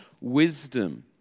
wisdom